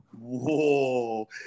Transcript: whoa